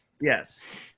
Yes